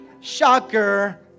Shocker